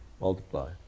Multiply